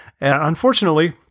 unfortunately